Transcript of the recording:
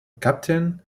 captain